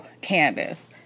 Candace